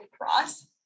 cross